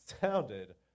Sounded